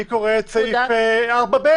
אני קורא את סעיף 4(ב),